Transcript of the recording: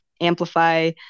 amplify